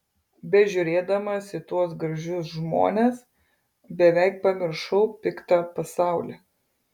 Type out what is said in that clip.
bežiūrėdamas į tuos gražius žmones beveik pamiršau piktą pasaulį